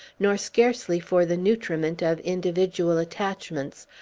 nor scarcely for the nutriment of individual attachments,